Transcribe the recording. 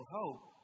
hope